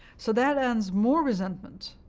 so that adds more resentment